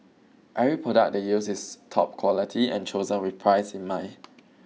every product they use is top quality and chosen with price in mind